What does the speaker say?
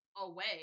away